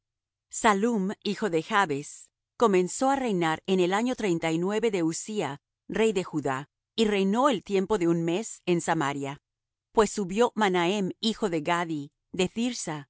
sallum hijo de jabes comenzó á reinar en el año treinta y nueve de uzzía rey de judá y reinó el tiempo de un mes en samaria pues subió manahem hijo de gadi